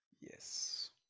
yes